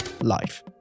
life